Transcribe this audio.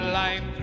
life